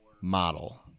model